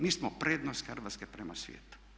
Mi smo prednost Hrvatske prema svijetu.